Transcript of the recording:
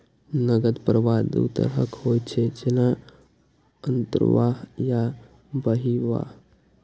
नकद प्रवाह दू तरहक होइ छै, जेना अंतर्वाह आ बहिर्वाह